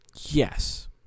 yes